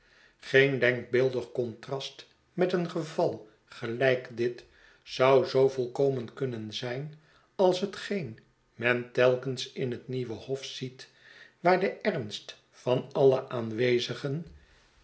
geen denkbeeldig contrast met een geval gelijk dit zou zoo volkomen kunnen zijn als hetgeen men telkens in het nieuwe hof ziet waar de ernst van alle aanwezigen